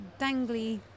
dangly